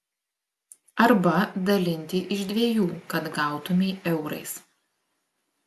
arba dalinti iš dviejų kad gautumei eurais